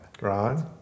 right